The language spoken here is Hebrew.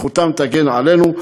זכותם תגן עלינו.